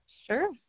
sure